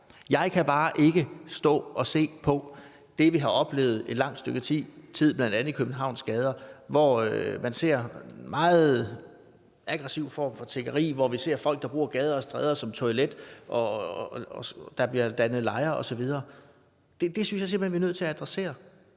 Jeg kan bare ikke stå og se på det, vi har oplevet i et langt stykke tid i bl.a. Københavns gader, hvor man ser en meget aggressiv form for tiggeri, hvor man ser folk, der bruger gader og stræder som toilet, og hvor der bliver dannet lejre osv. Det synes jeg simpelt hen vi er nødt til at adressere.